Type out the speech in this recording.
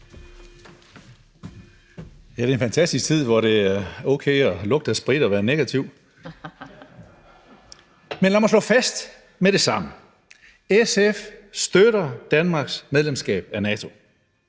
det er en fantastisk tid, hvor det er okay at lugte af sprit og være negativ. Men lad mig slå fast med det samme: SF støtter Danmarks medlemskab af NATO.